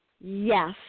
Yes